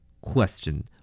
Question